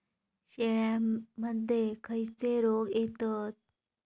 शेळ्यामध्ये खैचे रोग येतत?